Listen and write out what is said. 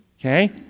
okay